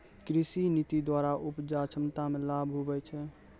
कृषि नीति द्वरा उपजा क्षमता मे लाभ हुवै छै